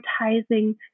advertising